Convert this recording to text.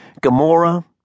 Gamora